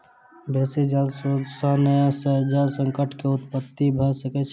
बेसी जल शोषण सॅ जल संकट के उत्पत्ति भ सकै छै